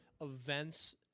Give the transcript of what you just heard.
events